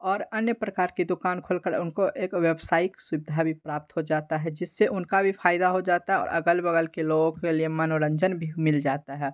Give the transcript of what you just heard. और अन्य प्रकार की दुकान खोल कर उनको एक व्यावसायिक सुविधा भी प्राप्त हो जाता है जिससे उनका भी फ़ायदा हो जाता है और अगल बग़ल के लोगो के लिए मनोरंजन भी मिल जाता है